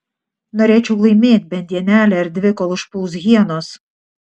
norėčiau laimėt bent dienelę ar dvi kol užpuls hienos